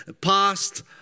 past